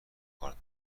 کارت